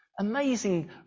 Amazing